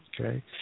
okay